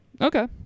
Okay